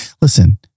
Listen